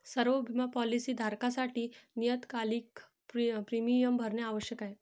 सर्व बिमा पॉलीसी धारकांसाठी नियतकालिक प्रीमियम भरणे आवश्यक आहे